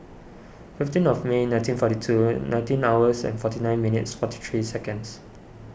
fifteen of May nineteen forty two nineteen hours and forty nine minutes forty three seconds